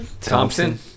Thompson